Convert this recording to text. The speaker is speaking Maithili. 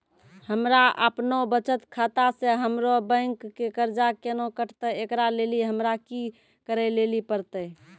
हमरा आपनौ बचत खाता से हमरौ बैंक के कर्जा केना कटतै ऐकरा लेली हमरा कि करै लेली परतै?